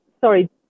Sorry